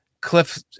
Cliff